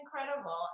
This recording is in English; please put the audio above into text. incredible